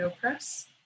Press